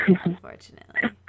unfortunately